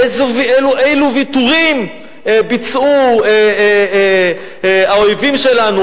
אילו ויתורים ביצעו האויבים שלנו,